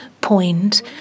point